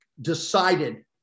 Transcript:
decided